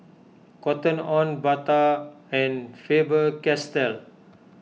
Cotton on Bata and Faber Castell